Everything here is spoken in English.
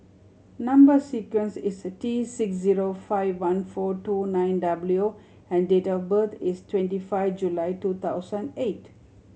number sequence is T six zero five one four two nine W and date of birth is twenty five July two thousand eight